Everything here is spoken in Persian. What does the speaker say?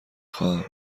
خواهم